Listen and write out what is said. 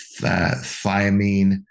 thiamine